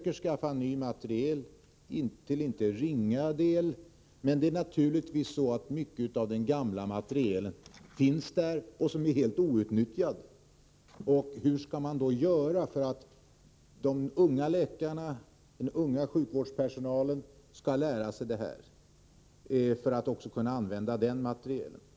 Vi skaffar ny materiel i icke ringa omfattning, men mycket av den gamla materielen finns kvar och står där helt outnyttjad. Hur skall man då göra för att de unga läkarna och annan ung sjukvårdspersonal skall lära sig att använda även denna materiel.